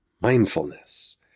mindfulness